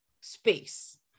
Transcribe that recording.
space